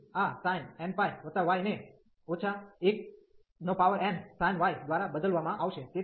તેથી આ sinnπ y ને 1nsin y દ્વારા બદલવામાં આવશે